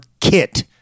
kit